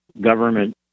government